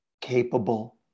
capable